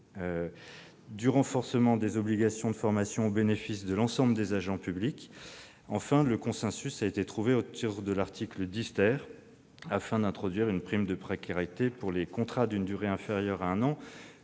du renforcement des obligations de formation au bénéfice de l'ensemble des agents publics. Enfin, je me félicite du consensus trouvé autour de l'article 10 , afin d'introduire une prime de précarité pour les contrats d'une durée inférieure à un an,